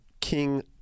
King